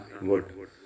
wood